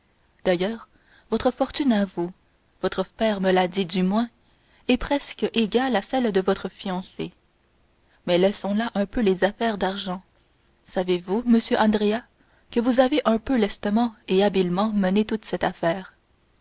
d'ailleurs votre fortune à vous votre père me l'a dit du moins est presque égale à celle de votre fiancée mais laissons là un peu les affaires d'argent savez-vous monsieur andrea que vous avez un peu lestement et habilement mené toute cette affaire